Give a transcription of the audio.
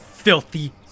Filthy